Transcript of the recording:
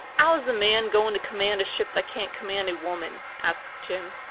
ow's a man goin to command a ship that can't command a woman? asked jim.